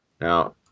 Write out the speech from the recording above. Now